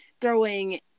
throwing